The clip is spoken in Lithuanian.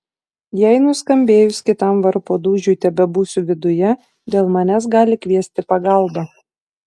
jei nuskambėjus kitam varpo dūžiui tebebūsiu viduje dėl manęs gali kviesti pagalbą